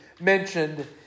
mentioned